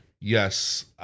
Yes